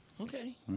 Okay